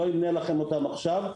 אני לא אמנה לכם אותן עכשיו.